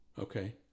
Okay